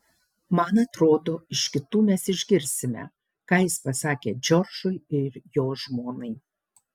man atrodo iš kitų mes išgirsime ką jis pasakė džordžui ir jo žmonai